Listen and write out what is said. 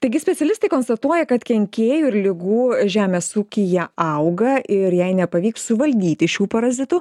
taigi specialistai konstatuoja kad kenkėjų ir ligų žemės ūkyje auga ir jei nepavyks suvaldyti šių parazitų